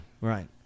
right